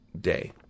day